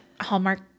hallmark